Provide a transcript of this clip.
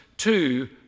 To